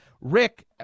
Rick